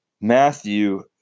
Matthew